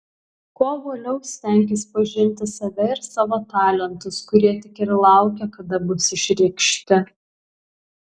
kuo uoliau stenkis pažinti save ir savo talentus kurie tik ir laukia kada bus išreikšti